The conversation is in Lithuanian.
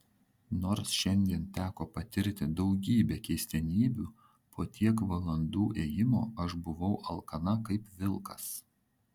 nors šiandien teko patirti daugybę keistenybių po tiek valandų ėjimo aš buvau alkana kaip vilkas